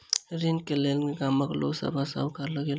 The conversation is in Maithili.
ऋण के लेल गामक लोक सभ साहूकार लग गेल